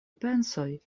pensoj